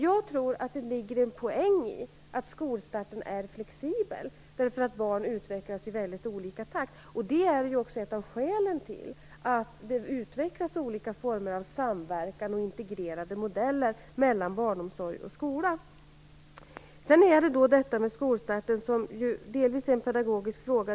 Jag tror att det ligger en poäng i att skolstarten är flexibel, eftersom barn utvecklas i väldigt olika takt. Det är också ett av skälen till att det utvecklas olika former av samverkan och integrerade modeller mellan barnomsorg och skola. Skolstarten är delvis en pedagogisk fråga.